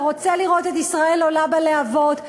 שרוצה לראות את ישראל עולה בלהבות.